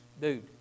dude